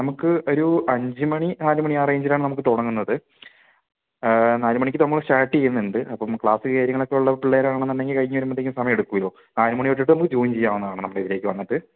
നമുക്ക് ഒരു അഞ്ച് മണി നാല് മണി ആ റേഞ്ചിലാണ് നമുക്ക് തുടങ്ങുന്നത് നാല് മണിക്ക് നമ്മൾ സ്റ്റാർട്ട് ചെയ്യുന്നുണ്ട് അപ്പം ക്ലാസ് കാര്യങ്ങളക്കെ ഉള്ള പിള്ളേരാണെന്ന് ഉണ്ടെങ്കിൽ കഴിഞ്ഞ് വരുമ്പോഴത്തേക്കും സമയം എടുക്കുല്ലോ നാല് മണി തൊട്ടിട്ട് നമുക്ക് ജോയിൻ ചെയ്യാവുന്നതാണ് നമ്മുടെ ഇവിടേക്ക് വന്നിട്ട്